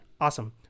awesome